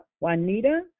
Juanita